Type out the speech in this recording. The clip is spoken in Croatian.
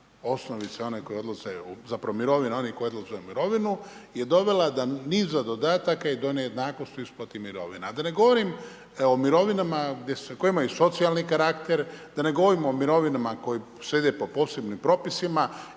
osnovice mirovine onih koji odlaze u mirovinu je dovela do niza dodataka i do nejednakosti u isplati mirovina a da ne govorim o mirovinama koje imaju socijalni karakter, da ne govorim o mirovinama koje slijede posebnim propisima